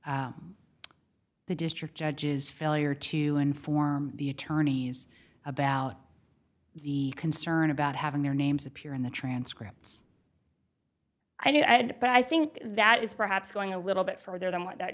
the district judges failure to inform the attorneys about the concern about having their names appear in the transcripts i did but i think that is perhaps going a little bit for them what that